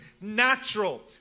natural